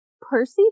percy